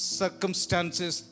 circumstances